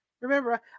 Remember